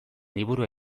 liburua